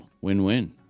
win-win